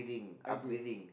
okay